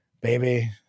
Baby